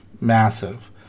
massive